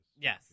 Yes